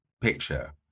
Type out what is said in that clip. picture